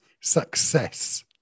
success